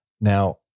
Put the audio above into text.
Now